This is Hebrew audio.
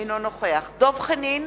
אינו נוכח דב חנין,